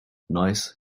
nice